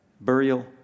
burial